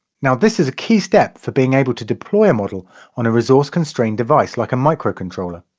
now this is a key step for being able to deploy a model on a resource constrained device like a microcontroller,